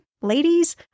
ladies